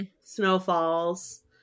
snowfalls